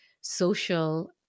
social